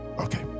Okay